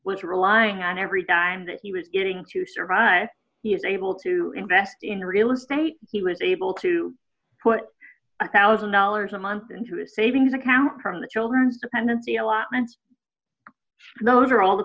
was relying on every dime that he was getting to survive he was able to invest in real estate he was able to put a one thousand dollars a month into a savings account for the children and the allotments those are all the